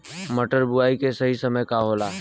मटर बुआई के सही समय का होला?